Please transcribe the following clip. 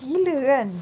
gila kan